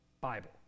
Bible